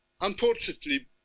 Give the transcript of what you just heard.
unfortunately